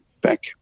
back